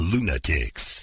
Lunatics